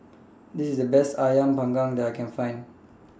This IS The Best Ayam Panggang that I Can Find